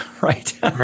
right